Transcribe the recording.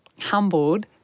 humbled